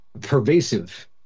pervasive